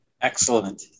Excellent